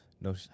no